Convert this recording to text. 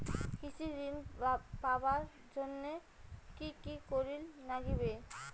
কৃষি ঋণ পাবার জন্যে কি কি করির নাগিবে?